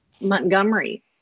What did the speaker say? Montgomery